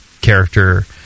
character